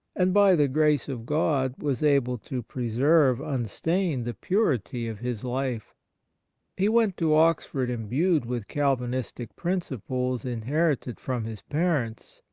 and, by the grace of god, was able to preserve un stained the purity of his life he went to oxford imbued with calvinistic principles inherited from his parents,